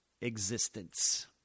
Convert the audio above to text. Existence